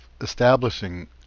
establishing